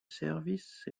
service